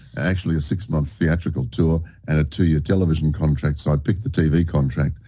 actually, a six-month theatrical tour and two-year television contract, so i picked the t v. contract.